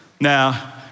Now